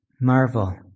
marvel